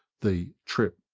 the trip,